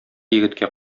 егеткә